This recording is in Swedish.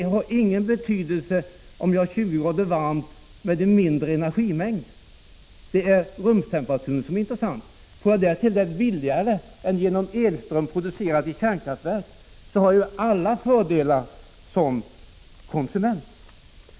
Om jag har 20 grader varmt, har det ingen betydelse att det åtgår en mindre energimängd — det är ju rumstemperaturen som är intressant. Får jag det därtill billigare än genom elström producerad i kärnkraftverk, så har jag alla fördelar som konsument.